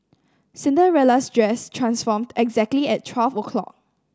Cinderella's dress transformed exactly at twelve o' clock